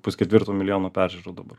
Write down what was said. pusketvirto milijono peržiūrų dabar